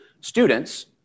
students